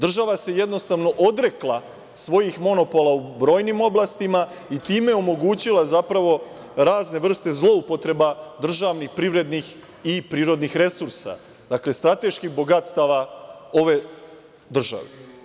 Država se jednostavno odrekla svojih monopola u brojnim oblastima i time omogućila razne vrste zloupotreba državnih, privrednih i prirodnih resursa, dakle, strateških bogatstava ove države.